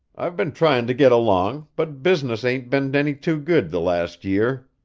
i've been trying to get along, but business ain't been any too good the last year.